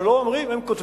הם לא אומרים, הם כותבים